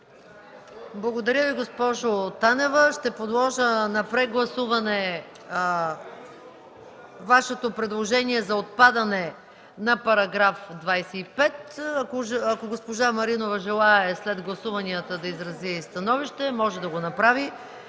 Благодаря Ви, госпожо Танева. Ще подложа на прегласуване Вашето предложение за отпадане на § 25. Ако госпожа Маринова желае след гласуванията да изрази становище, може да го направи.